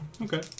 Okay